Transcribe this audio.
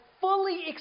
Fully